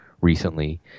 recently